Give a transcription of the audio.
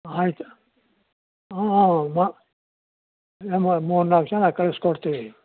ಆಯ್ತು ಹಾಂ ಹಾಂ ಹಾಂ ಮೂರ್ನಾಲ್ಕು ಜನ ಕಳ್ಸಿಕೊಡ್ತೀವಿ